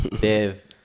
Dev